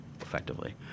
effectively